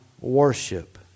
worship